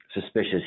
suspicious